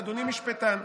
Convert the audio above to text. ואדוני משפטן.